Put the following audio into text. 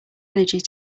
energy